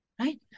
right